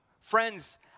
Friends